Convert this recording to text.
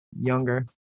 younger